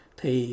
thì